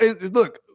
look